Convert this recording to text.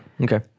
Okay